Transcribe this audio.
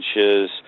inches